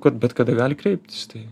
kad bet kada gali kreiptis tai